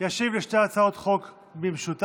ישיב לשתי הצעות החוק במשותף.